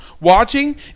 watching